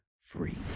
free